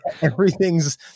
everything's